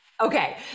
okay